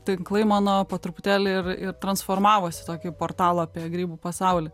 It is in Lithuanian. tinklai mano po truputėlį ir ir transformavosi į tokį portalą apie grybų pasaulį